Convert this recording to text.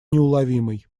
неуловимой